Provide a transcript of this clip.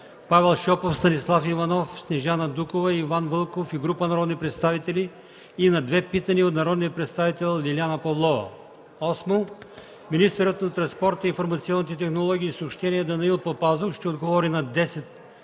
Павел Шопов, Станислав Иванов, Снежана Дукова, и Иван Вълков и група народни представители и на 2 питания от народния представител Лиляна Павлова. 8. Министърът на транспорта, информационните технологии и съобщенията Данаил Папазов ще отговори на 10